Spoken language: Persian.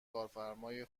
کارفرمای